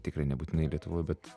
tikrai nebūtinai lietuvoj bet